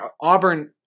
auburn